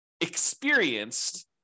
experienced